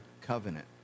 covenant